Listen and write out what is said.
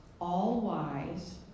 all-wise